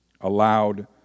allowed